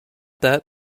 that